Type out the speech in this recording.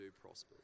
prospers